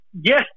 Yes